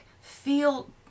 Feel